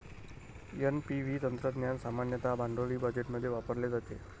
NPV तंत्रज्ञान सामान्यतः भांडवली बजेटमध्ये वापरले जाते